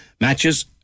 Matches